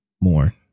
more